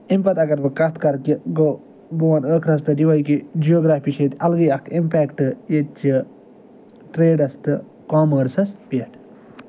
اَمہِ پَتہٕ اَگر بہٕ کَتھ کرٕ کہِ گوٚو بہٕ وَنہٕ ٲخرَس پٮ۪ٹھ یِہوٚے کہِ جِیوگرٛافی چھِ ییٚتہِ الگٕے اَکھ اِمپٮ۪کٹ ییٚتہِ چہٕ ٹرٛیڈَس تہٕ کامٲرسَس پٮ۪ٹھ